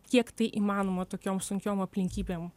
kiek tai įmanoma tokiom sunkiom aplinkybėm